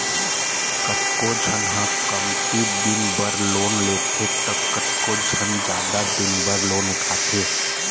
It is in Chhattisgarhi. कतको झन ह कमती दिन बर लोन लेथे त कतको झन जादा दिन बर लोन उठाथे